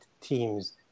teams